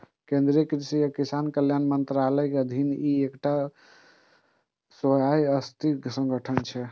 केंद्रीय कृषि आ किसान कल्याण मंत्रालयक अधीन ई एकटा स्वायत्तशासी संगठन छियै